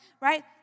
right